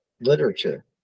literature